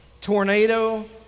tornado